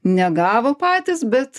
negavo patys bet